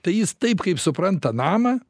tai jis taip kaip supranta namą